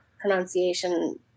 pronunciation